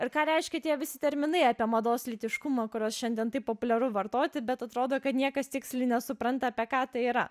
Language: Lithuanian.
ir ką reiškia tie visi terminai apie mados lytiškumą kuriuos šiandien taip populiaru vartoti bet atrodo kad niekas tiksliai nesupranta apie ką tai yra